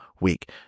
week